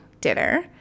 dinner